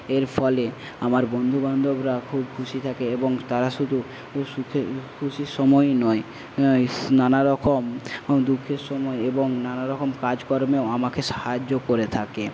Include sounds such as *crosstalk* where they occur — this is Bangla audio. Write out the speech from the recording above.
এর ফলে আমার বন্ধুবান্ধবরা খুব খুশি থাকে এবং তারা শুধু সুখের *unintelligible* খুশির সময়েই নয় *unintelligible* নানারকম দুঃখের সময় এবং নানারকম কাজ কর্মেও আমাকে সাহায্য করে থাকে